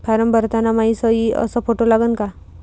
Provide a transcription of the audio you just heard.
Form भरताना मायी सयी अस फोटो लागन का?